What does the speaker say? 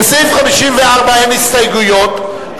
לסעיף 54 אין הסתייגויות,